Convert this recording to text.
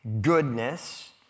goodness